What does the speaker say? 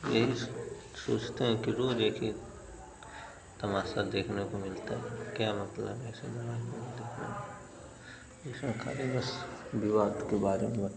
यही सोचते हैं कि रोज़ देखें तमाशा देखने को मिलता है क्या मतलब है ऐसे धरावाहिक देखने का इसमें ख़ाली बस विवाद के बारे में बताते हैं